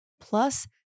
Plus